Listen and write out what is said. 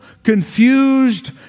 confused